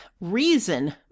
Reason